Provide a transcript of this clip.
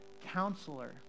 counselor